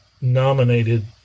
nominated